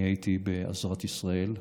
אני הייתי ב"עזרת ישראל"